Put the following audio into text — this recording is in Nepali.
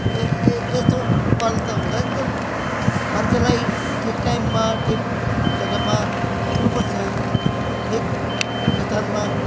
ए ए यस्तो पाराले त हुँदैन त मान्छेलाई ठिक टाइममा ठिक जगामा पुग्नु पर्छ ठिक स्थानमा